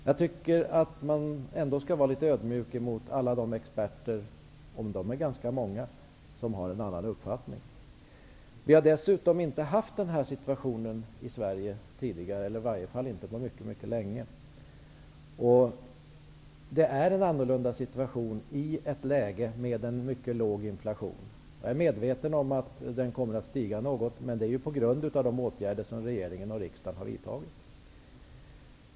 Jag tycker att man skall vara litet ödmjuk mot alla de experter, och de är ganska många, som har en annan uppfattning. Vi har dessutom inte haft den här situationen i Sverige tidigare, i varje fall inte på mycket länge. Det är en annorlunda situation, i ett läge med en mycket låg inflation. Jag är medveten om att den kommer att stiga något, men det är på grund av de åtgärder som regeringen och riksdagen har vidtagit.